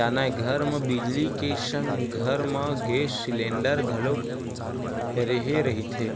जानय घर म बिजली के संग घर म गेस सिलेंडर घलोक रेहे रहिथे